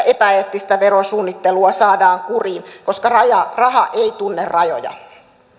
epäeettistä verosuunnittelua saadaan kuriin koska raha ei tunne rajoja